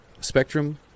spectrum